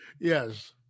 Yes